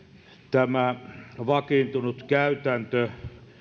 tämä vakiintunut käytäntö